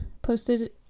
posted